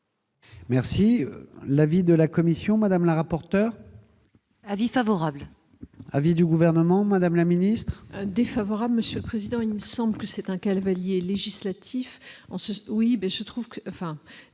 Merci l'avis de la commission Madame la rapporteure avis favorable, avis du gouvernement, Madame la Ministre. Défavorable, monsieur le président, il me semble que c'est un cavalier législatif en se oui, mais je trouve que,